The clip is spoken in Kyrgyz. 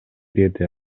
деди